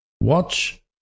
Watch